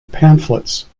pamphlets